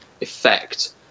effect